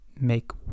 make